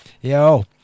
Yo